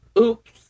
oops